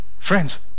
Friends